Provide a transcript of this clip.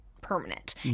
permanent